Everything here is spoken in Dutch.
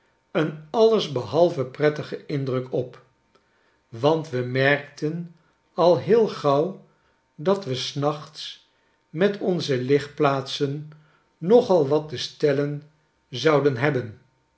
een allesbehalve prettigen indruk opi want we merkten al heel gauw dat we s nachts met onze ligplaatsen nogal wat te stellen zouden hebben